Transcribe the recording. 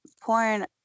porn